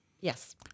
Yes